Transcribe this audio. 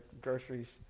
groceries